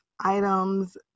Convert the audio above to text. items